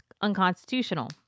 unconstitutional